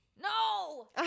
No